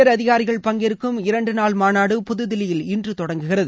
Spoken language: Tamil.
விமானப்படை உயரதிகாரிகள் பங்கேற்கும் இரண்டு நாள் மாநாடு புதுதில்லியில் இன்று தொடங்குகிறது